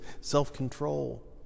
self-control